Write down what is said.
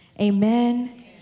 Amen